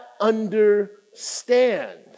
understand